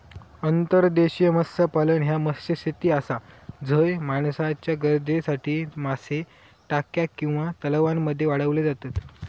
अंतर्देशीय मत्स्यपालन ह्या मत्स्यशेती आसा झय माणसाच्या गरजेसाठी मासे टाक्या किंवा तलावांमध्ये वाढवले जातत